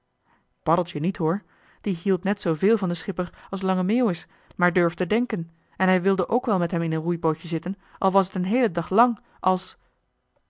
paddeltje niet hoor die hield net zooveel van den schipper als lange meeuwis maar durfde denken en hij wilde ook wel met hem in een roeibootje zitten al was t een heelen dag lang als